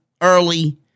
early